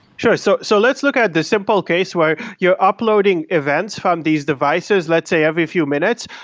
sure. so so let's look at the simple case where you're uploading events from these devices let's say every few minutes,